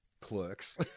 clerks